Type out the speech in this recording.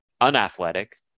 unathletic